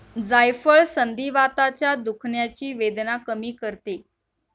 जायफळ संधिवाताच्या दुखण्याची वेदना कमी करते